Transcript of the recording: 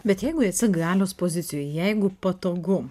bet jeigu esi galios pozicijoj jeigu patogu